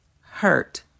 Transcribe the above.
hurt